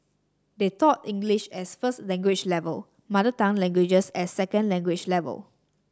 they taught English as first language level mother tongue languages at second language level